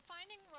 Finding